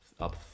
up